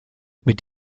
mit